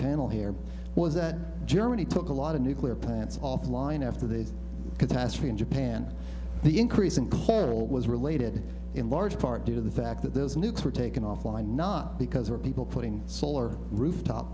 panel here was that germany took a lot of nuclear plants off line after the catastrophe in japan the increase in coral was related in large part due to the fact that those nukes were taken offline not because we're people putting solar rooftop